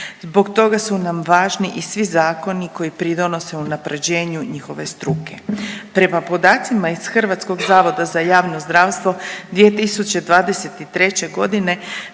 Zbog toga su nam važni i svi zakoni koji pridonose unapređenju njihove struke. Prema podacima iz Hrvatskog zavoda za javno zdravstvo 2023. godine